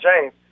James